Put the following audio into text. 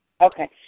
Okay